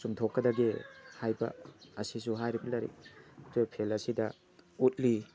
ꯆꯨꯝꯊꯣꯛꯀꯗꯒꯦ ꯍꯥꯏꯕ ꯑꯁꯤꯁꯨ ꯍꯥꯏꯔꯤꯕ ꯂꯥꯏꯔꯤꯛ ꯇꯨꯌꯦꯐ ꯐꯦꯜ ꯑꯁꯤꯗ ꯎꯠꯂꯤ